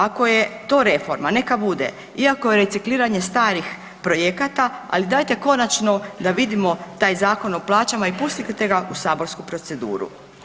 Ako je to reforma, neka bude iako recikliranje starih projekata ali dajte konačno da vidimo taj Zakon o plaćama i pustite ga u saborsku proceduru.